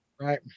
Right